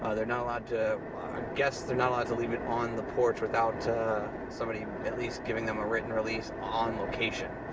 ah they're not allowed to, i guess they're not allowed to leave it on the porch without somebody at least giving them a written release on location.